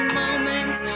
moments